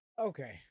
Okay